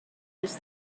use